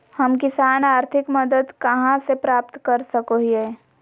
हम किसान आर्थिक मदत कहा से प्राप्त कर सको हियय?